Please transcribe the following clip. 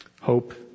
Hope